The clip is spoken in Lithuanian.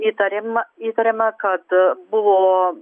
įtarima įtariama kad buvo